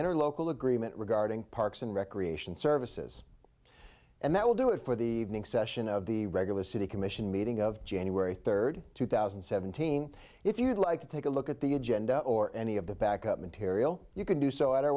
inner local agreement regarding parks and recreation services and that will do it for the next session of the regular city commission meeting of january third two thousand and seventeen if you'd like to take a look at the agenda or any of the back up material you can do so at our